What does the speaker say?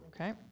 Okay